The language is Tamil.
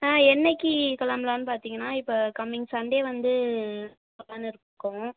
ஆ என்னைக்கு கிளம்பலான்னு பார்த்தீங்கன்னா இப்போ கம்மிங் சண்டே வந்து போகலான்னு இருக்கோம்